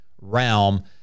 realm